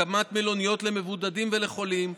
הקמת מלוניות למבודדים ולחולים,